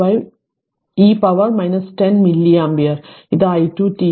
25 e ഉം പവറിന് 10 milli ampere ഇത് i 2 t ആണ്